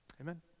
Amen